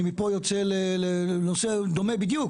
אני מפה יוצא לנושא דומה בדיוק,